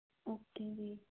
okay ਜੀ